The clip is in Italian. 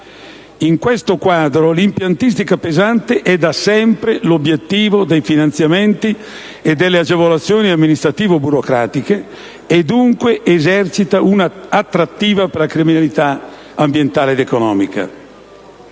In questo quadro, l'impiantistica pesante è da sempre l'obiettivo dei finanziamenti e delle agevolazioni amministrativo-burocratiche e - dunque - esercita un'attrattiva per la criminalità ambientale ed economica.